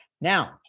Now